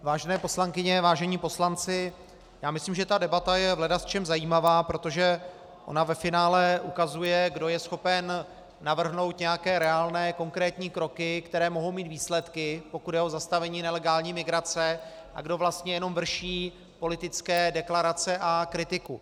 Vážené poslankyně, vážení poslanci, já myslím, že ta debata je v ledasčem zajímavá, protože ona ve finále ukazuje, kdo je schopen navrhnout nějaké reálné, konkrétní kroky, které mohou mít výsledky, pokud jde o zastavení nelegální migrace, a kdo vlastně jenom vrší politické deklarace a kritiku.